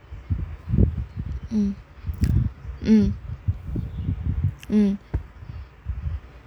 mm mm